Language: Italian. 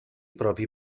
propri